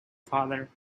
father